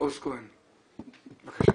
עוז כהן, בבקשה.